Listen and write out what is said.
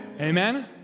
amen